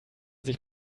sich